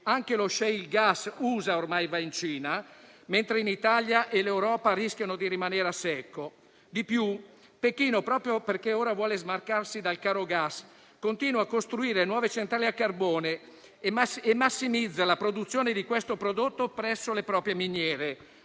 anche lo *shale* *gas* USA ormai va in Cina - mentre l'Italia e l'Europa rischiano di rimanere a secco. Di più: Pechino, proprio perché ora vuole smarcarsi dal caro gas, continua a costruire nuove centrali a carbone e massimizza la produzione di questo prodotto presso le proprie miniere.